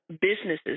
businesses